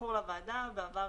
כזכור לוועדה, בעבר